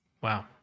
Wow